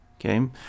okay